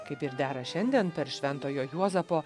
kaip ir dera šiandien per šventojo juozapo